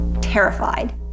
terrified